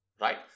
right